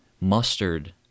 Mustard